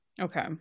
Okay